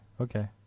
Okay